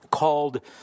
called